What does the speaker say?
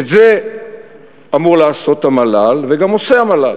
את זה אמור לעשות המל"ל וגם עושה המל"ל.